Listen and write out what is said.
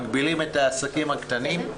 מגבילים את העסקים הקטנים.